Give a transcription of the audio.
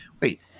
Wait